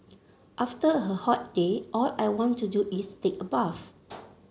after a hot day all I want to do is take a bath